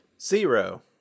Zero